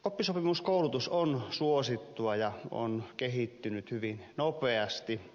oppisopimuskoulutus on suosittua ja on kehittynyt hyvin nopeasti